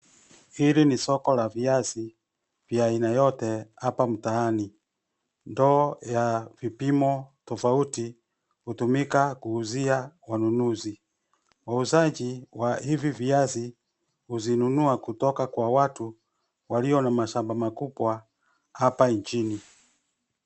Hili ni soko la viazi, vya aina yote, hapa mtaani. Ndoo ya vipimo tofauti, hutumika kuuzia wanunuzi. Wauzaji wa hivi viazi, huzinunua kutoka kwa watu, walio na mashamba makubwa, hapa nchini.